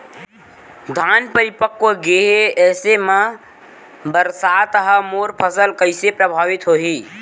धान परिपक्व गेहे ऐसे म बरसात ह मोर फसल कइसे प्रभावित होही?